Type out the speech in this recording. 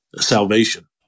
salvation